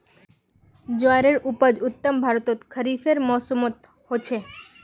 ज्वारेर उपज उत्तर भर्तोत खरिफेर मौसमोट होचे